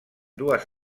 dues